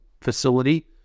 facility